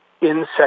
insect